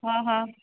हा हा